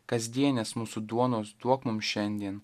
kasdienės mūsų duonos duok mums šiandien